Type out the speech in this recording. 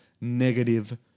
negative